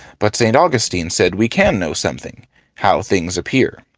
but st. augustine said we can know something how things appear.